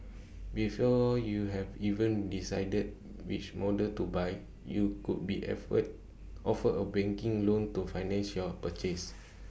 before you've even decided which models to buy you could be offered A banking loan to finance your purchase